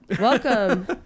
Welcome